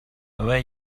where